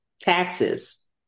taxes